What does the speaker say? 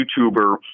YouTuber